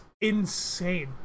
insane